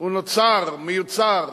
המתקדם נוצר, מיוצר,